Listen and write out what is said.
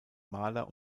maler